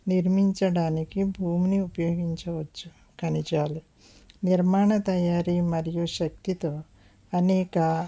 నిర్మించడానికి భూమిని ఉపయోగించవచ్చు ఖనిజాలు నిర్మాణ తయారీ మరియు శక్తితో అనేక